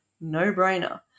no-brainer